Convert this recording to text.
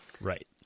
Right